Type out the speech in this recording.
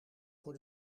voor